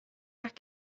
nach